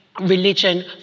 religion